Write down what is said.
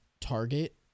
target